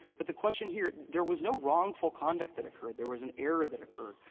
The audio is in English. but the question here, there was no wrongful conduct that occurred, there was an error that occurred.